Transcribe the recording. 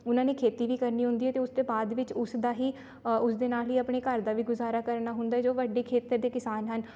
ਉਹਨਾਂ ਨੇ ਖੇਤੀ ਵੀ ਕਰਨੀ ਹੁੰਦੀ ਅਤੇ ਉਸ ਤੋਂ ਬਾਅਦ ਵਿੱਚ ਉਸ ਦਾ ਹੀ ਉਸ ਦੇ ਨਾਲ ਹੀ ਆਪਣੇ ਘਰ ਦਾ ਵੀ ਗੁਜ਼ਾਰਾ ਕਰਨਾ ਹੁੰਦਾ ਜੋ ਵੱਡੇ ਖੇਤਰ ਦੇ ਕਿਸਾਨ ਹਨ